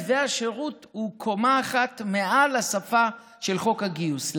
מתווה השירות הוא קומה אחת מעל השפה של חוק הגיוס.